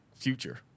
Future